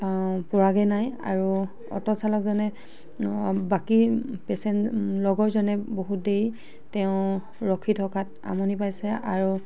পোৱাগৈ নাই আৰু অট'চালকজনে বাকী পেচেঞ্জ লগৰজনে বহুত দেৰি তেওঁ ৰখি থকাত আমনি পাইছে আৰু